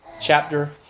chapter